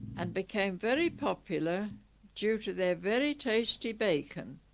and became very popular due to their very tasty bacon